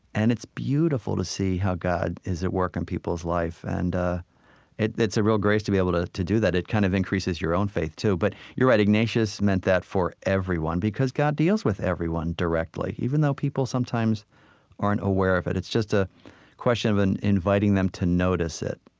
and it's beautiful to see how god is at work in people's life, and it's a real grace to be able to to do that. it kind of increases your own faith too. but you're right. ignatius meant that for everyone because god deals with everyone directly, even though people sometimes aren't aware of it. it's just a question of and inviting them to notice it,